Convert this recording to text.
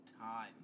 time